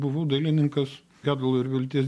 buvau dailininkas gedulo ir vilties